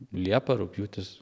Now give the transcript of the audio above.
liepa rugpjūtis